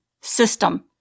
system